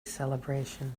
celebrations